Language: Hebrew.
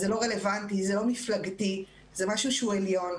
זה לא רלוונטי, זה לא מפלגתי, זה משהו שהוא עליון.